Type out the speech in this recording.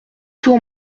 tour